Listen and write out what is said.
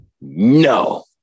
No